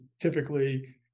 typically